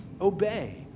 obey